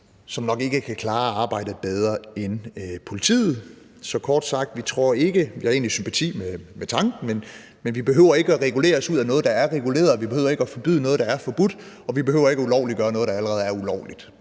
som nok ikke kan klare arbejdet bedre end politiet. Så kort sagt: Liberal Alliance har egentlig sympati med tanken, men vi behøver ikke regulere os ud af noget, der er reguleret, vi behøver ikke forbyde noget, der er forbudt, og vi behøver ikke ulovliggøre noget, der allerede er ulovligt,